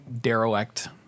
derelict